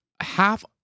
Half